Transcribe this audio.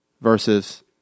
Versus